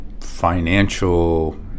financial